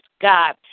God